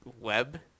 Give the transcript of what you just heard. web